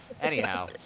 Anyhow